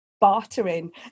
bartering